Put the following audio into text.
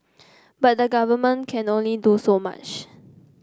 but the government can only do so much